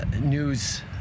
news